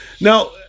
Now